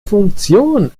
funktion